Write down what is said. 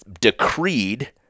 decreed